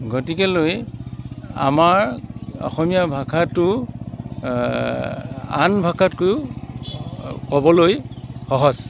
গতিকেলৈ আমাৰ অসমীয়া ভাষাটো আন ভাষাতকৈয়ো ক'বলৈ সহজ